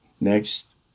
Next